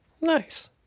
nice